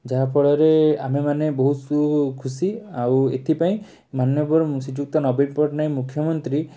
ଯାହାଫଳରେ ଆମେ ମାନେ ବହୁତ ଖୁସି ଆଉ ଏଥିପାଇଁ ମାନ୍ୟବର ଶ୍ରୀଯୁକ୍ତ ନବୀନ ପଟ୍ଟନାୟକ ମୁଖ୍ୟମନ୍ତ୍ରୀ